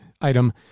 item